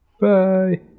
Bye